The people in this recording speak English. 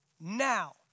Now